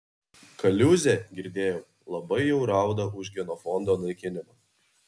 kaliūzė girdėjau labai jau rauda už genofondo naikinimą